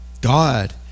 God